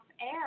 air